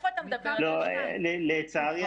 לצערי,